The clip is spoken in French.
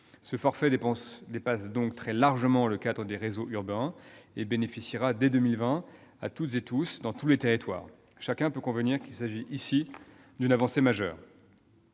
durable dépasse donc largement le cadre des réseaux urbains. Il bénéficiera, dès 2020, à toutes et à tous, dans tous les territoires. Chacun peut convenir qu'il s'agit là d'une avancée majeure.